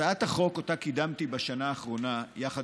הצעת החוק שקידמתי בשנה האחרונה יחד